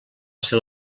ser